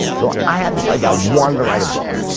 so i had this idea i wanted to write a book.